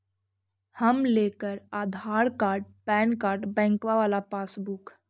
हम लेकर Aadhaar card PAN card बैंकवा वाला पासबुक?